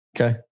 Okay